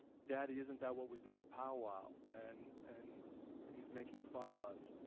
daddy isn't that what we do at powwow and and and he's making fun of us,